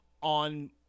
on